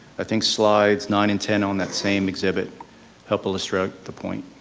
i think slides nine and ten on that same exhibit help illustrate the point.